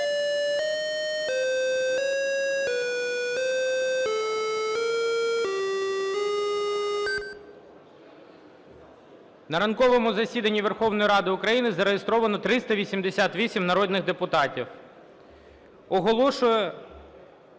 На ранковому засіданні Верховної Ради України зареєстровано 388 народних депутатів. Оголошую…